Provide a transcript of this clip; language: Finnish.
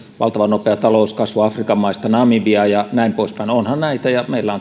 valtavan nopea talouskasvu afrikan maista namibia ja näin poispäin onhan näitä ja meillä